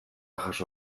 jaso